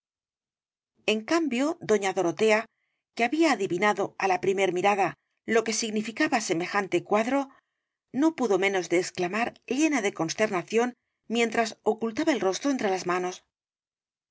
en cambio doña dorotea que había adivinado á la primer mirada lo que significaba semejante cuadro no pudo menos de exclamar llena de consternación mientras ocultaba el rostro entre las manos